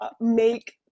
make